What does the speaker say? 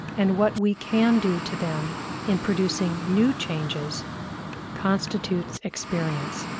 and what we can do to them in producing new changes constitutes experience.